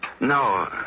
No